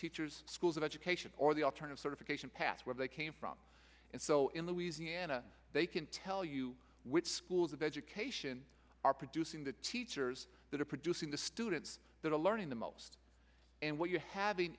teachers schools of education or the alternate certification path where they came from and so in the louisiana they can tell you which schools of education are producing the teachers that are producing the students that are learning the most and what you're having